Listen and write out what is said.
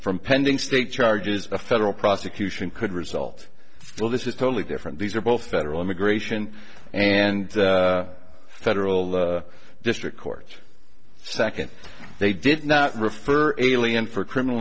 from pending state charges a federal prosecution could result well this is totally different these are both federal immigration and federal district court second they did not refer alien for a criminal